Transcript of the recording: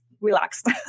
relaxed